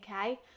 okay